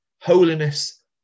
Holiness